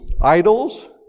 idols